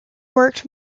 worked